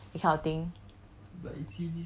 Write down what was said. eh don't like that leh that kind of thing